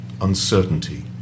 uncertainty